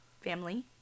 family